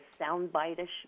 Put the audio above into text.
soundbite-ish